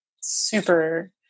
super